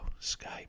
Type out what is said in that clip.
Skype